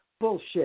Bullshit